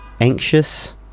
anxious